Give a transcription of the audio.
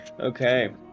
Okay